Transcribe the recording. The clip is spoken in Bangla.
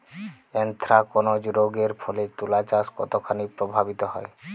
এ্যানথ্রাকনোজ রোগ এর ফলে তুলাচাষ কতখানি প্রভাবিত হয়?